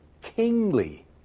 kingly